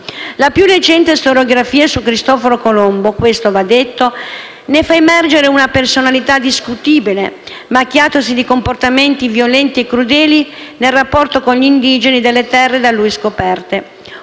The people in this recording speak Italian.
La più recente storiografia su Cristoforo Colombo - questo va detto - ne fa emergere una personalità discutibile, macchiatosi di comportamenti violenti e crudeli nel rapporto con gli indigeni delle terre da lui scoperte.